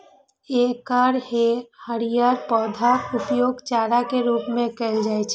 एकर हरियर पौधाक उपयोग चारा के रूप मे कैल जाइ छै